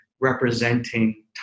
representing